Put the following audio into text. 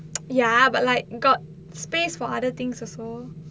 ya but like got space for other things also